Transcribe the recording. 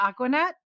Aquanet